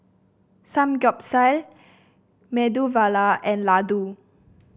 Samgeyopsal Medu and Ladoo